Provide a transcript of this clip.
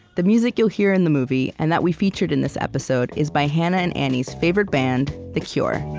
the music you'll hear in the movie, and that we featured in this episode, is by hannah and annie's favorite band, the cure